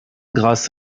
grâce